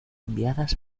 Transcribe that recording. enviadas